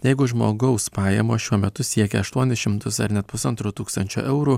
jeigu žmogaus pajamos šiuo metu siekia aštuonis šimtus ar net pusantro tūkstančio eurų